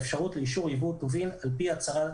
אפשרות לאישור ייבוא טובין על-פי הצעה מקוונת.